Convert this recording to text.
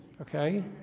okay